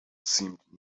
seemed